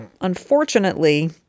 unfortunately